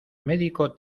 médico